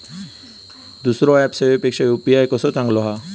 दुसरो ऍप सेवेपेक्षा यू.पी.आय कसो चांगलो हा?